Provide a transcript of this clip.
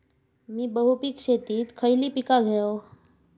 मी बहुपिक शेतीत खयली पीका घेव?